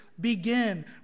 begin